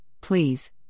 please